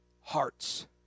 hearts